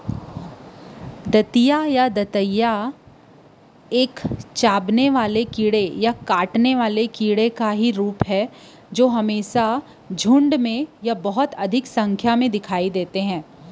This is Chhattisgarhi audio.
दतइया ह चाबे वाले कीरा के एक ठन रुप हरय जेहा हमेसा बिकट के संख्या म झुंठ म दिखउल देथे